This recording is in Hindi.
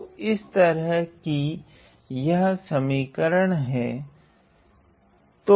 तो इस तरह की यह समीकरण है